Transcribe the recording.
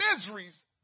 miseries